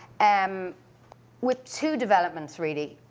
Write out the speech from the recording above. and um with two developments, really.